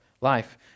life